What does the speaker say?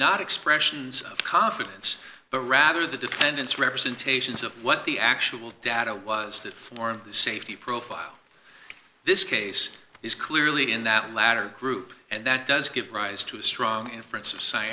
not expressions of confidence but rather the defendant's representations of what the actual data was that for the safety profile this case is clearly in that latter group and that does give rise to a strong